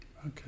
Okay